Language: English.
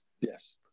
Yes